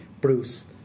Bruce